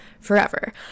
forever